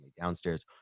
downstairs